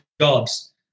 Jobs